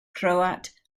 croat